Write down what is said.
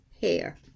hair